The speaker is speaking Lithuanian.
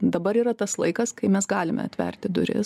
dabar yra tas laikas kai mes galime atverti duris